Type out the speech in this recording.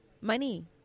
money